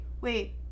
Wait